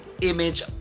image